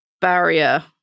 barrier